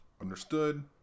Understood